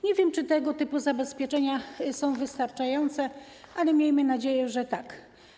Nie wiem, czy tego typu zabezpieczenia są wystarczające, ale miejmy nadzieję, że tak.